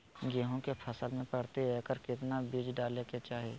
गेहूं के फसल में प्रति एकड़ कितना बीज डाले के चाहि?